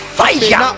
fire